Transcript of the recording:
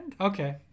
Okay